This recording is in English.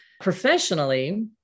Professionally